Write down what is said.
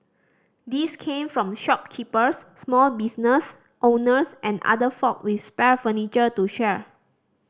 these came from shopkeepers small business owners and other folk with spare furniture to share